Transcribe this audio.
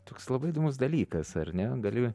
toks labai įdomus dalykas ar ne gali